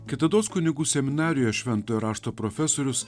kitados kunigų seminarijoj šventojo rašto profesorius